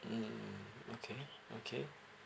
mm okay okay